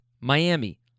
Miami